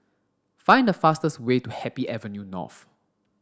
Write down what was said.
find the fastest way to Happy Avenue North